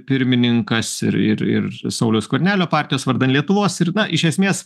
pirmininkas ir ir ir sauliaus skvernelio partijos vardan lietuvos ir na iš esmės